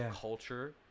culture